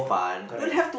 correct